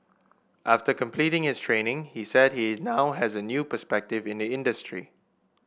after completing his training he said he now has a new perspective in the industry